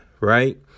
right